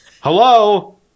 Hello